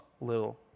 little